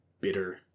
bitter